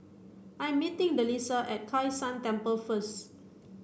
I am meeting Delisa at Kai San Temple first